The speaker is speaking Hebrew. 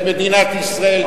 את מדינת ישראל,